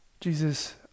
Jesus